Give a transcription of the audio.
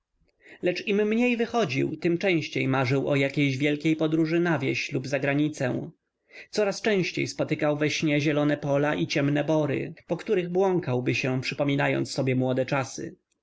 lecz im mniej wychodził tem częściej marzył o jakiejś dalekiej podróży na wieś lub za granicę coraz częściej spotykał we snach zielone pola i ciemne bory po których błąkałby się przypominając sobie młode czasy